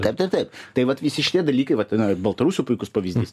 taip taip taip tai vat visi šie dalykai vat baltarusių puikus pavyzdys